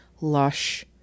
lush